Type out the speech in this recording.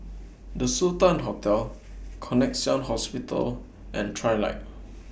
The Sultan Hotel Connexion Hospital and Trilight